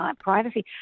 privacy